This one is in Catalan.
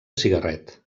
cigarret